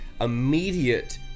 immediate